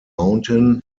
mountain